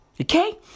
Okay